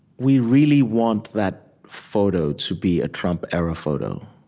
we really want that photo to be a trump-era photo.